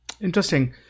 Interesting